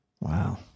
wow